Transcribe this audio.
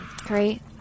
Great